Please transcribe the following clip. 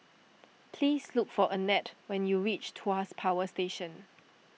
please look for Annette when you reach Tuas Power Station